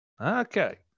Okay